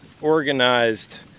organized